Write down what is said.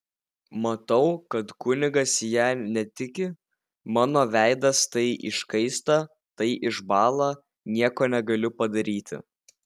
matau kad kunigas ja netiki mano veidas tai iškaista tai išbąla nieko negaliu padaryti